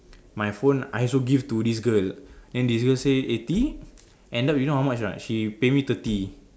my phone I also give to this girl then this girl say eighty end up you know how much or not she pay me thirty